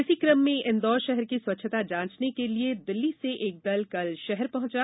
इसी क्रम में इंदौर षहर की स्वच्छता जांचने के लिए दिल्ली से एक दल कल शहर पहुंचा